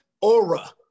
aura